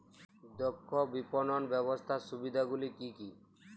দক্ষ বিপণন ব্যবস্থার সুবিধাগুলি কি কি?